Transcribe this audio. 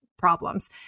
problems